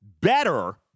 better